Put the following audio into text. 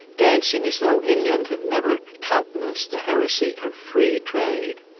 dancing as though england had never countenanced the heresy of free-trade.